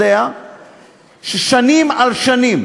יודע ששנים על שנים